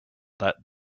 that